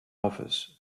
office